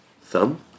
Thumb